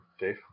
Dave